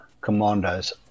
commandos